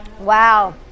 Wow